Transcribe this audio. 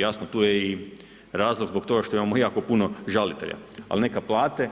Jasno tu je i razlog zbog toga što imamo jako puno žalitelja ali neka plate,